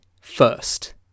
First